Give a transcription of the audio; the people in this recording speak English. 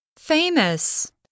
Famous